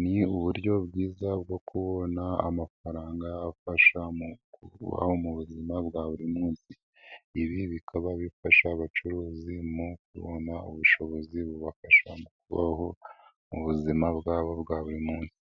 ni uburyo bwiza bwo kubona amafaranga afasha mu kubaho mu buzima bwa buri munsi, ibi bikaba bifasha abacuruzi mu kubona ubushobozi bubafasha mu kubaho mu buzima bwabo bwa buri munsi.